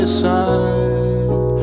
side